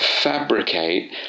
fabricate